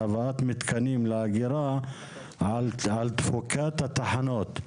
העברת מתקנים לאגירה על תפוקת התחנות?